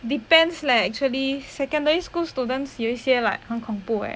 depends leh actually secondary school students 有一些很恐怖 leh